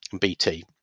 BT